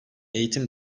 eğitim